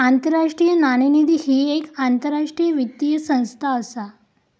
आंतरराष्ट्रीय नाणेनिधी ही येक आंतरराष्ट्रीय वित्तीय संस्था असा